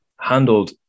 handled